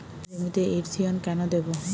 জমিতে ইরথিয়ন কেন দেবো?